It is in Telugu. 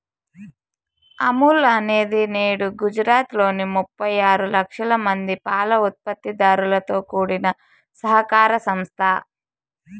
అమూల్ అనేది నేడు గుజరాత్ లోని ముప్పై ఆరు లక్షల మంది పాల ఉత్పత్తి దారులతో కూడిన సహకార సంస్థ